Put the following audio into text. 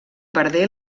perdé